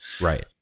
Right